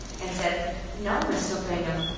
and said no, mr. bingham,